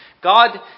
God